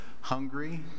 hungry